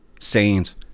Sayings